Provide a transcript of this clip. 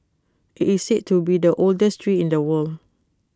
IT is said to be the oldest tree in the world